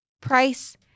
price